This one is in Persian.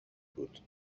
بود